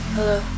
Hello